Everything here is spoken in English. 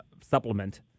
supplement